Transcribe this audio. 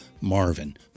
Marvin